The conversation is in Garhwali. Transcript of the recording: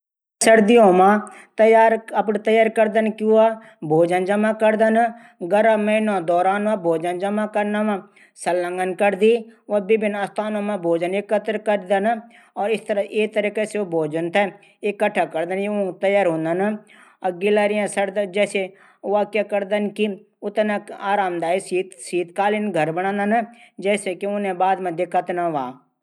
गिलहरियों सर्दियों मा अपडी तैयरी करदन कि भोजन जमा करदन गर्म मैनो द्वारा ऊ संलग्न करदी विभिन्न स्थानों मा भोजन एकत्र करदना और ये तरीके से इकट्ठा करदना यू ऊंकी तैयरी हूदनी गिलहरियां शीतकालीन घर बणादन।